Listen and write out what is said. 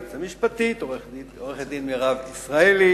ליועצת המשפטית עורכת-הדין מירב ישראלי,